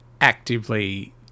actively